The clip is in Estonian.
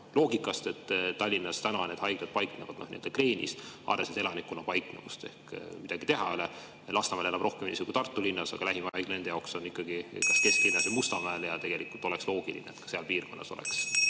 loogikast, et Tallinnas praegu need haiglad paiknevad nii-öelda kreenis, arvestades elanikkonna paiknemist. Midagi teha ei ole, Lasnamäel elab rohkem inimesi kui Tartu linnas, aga lähim haigla nende jaoks on ikkagi kas kesklinnas või Mustamäel. Tegelikult oleks loogiline, et ka seal piirkonnas oleks